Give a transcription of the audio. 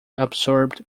absorbed